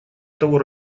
того